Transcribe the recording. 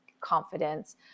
confidence